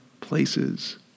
places